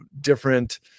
different